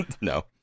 No